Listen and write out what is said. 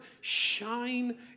shine